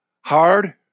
hard